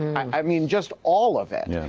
i mean, just all of it. yeah